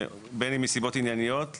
בין אם מסיבות ענייניות לעתים,